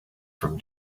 from